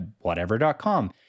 whatever.com